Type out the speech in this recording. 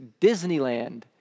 Disneyland